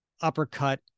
uppercut